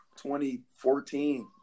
2014